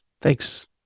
Thanks